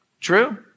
True